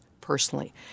personally